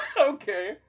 Okay